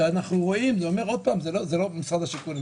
זה לא משרד השיכון.